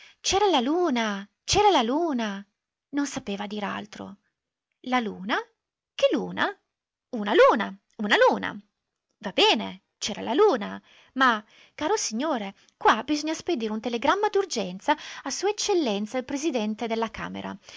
c'era la luna c'era la luna non sapeva dir altro la luna che luna una luna una luna va bene c'era la luna ma caro signore qua bisogna spedire un telegramma d'urgenza a s e il presidente della camera